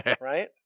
Right